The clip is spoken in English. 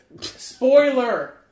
Spoiler